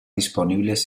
disponible